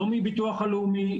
לא מביטוח לאומי,